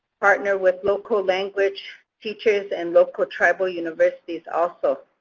partner with local language teachers and local tribal universities. also